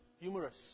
humorous